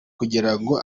kugirango